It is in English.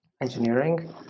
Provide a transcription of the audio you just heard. engineering